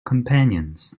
companions